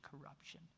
corruption